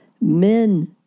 men